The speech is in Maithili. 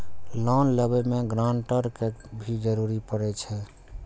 लोन लेबे में ग्रांटर के भी जरूरी परे छै?